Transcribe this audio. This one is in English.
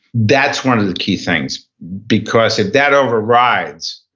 that's one of the key things because if that overrides